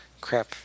Crap